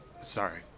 sorry